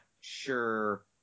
sure